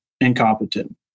incompetent